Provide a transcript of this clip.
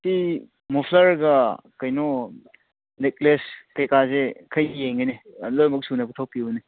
ꯁꯤ ꯃꯣꯐꯂꯔꯒ ꯀꯩꯅꯣ ꯅꯦꯛꯂꯦꯁ ꯀꯩꯀꯥꯁꯦ ꯈꯔ ꯌꯦꯡꯒꯦꯅꯦ ꯂꯣꯏꯅꯃꯛ ꯁꯨꯅ ꯄꯨꯊꯣꯛꯄꯤꯌꯨꯅꯦ